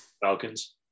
Falcons